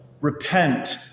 repent